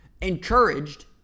encouraged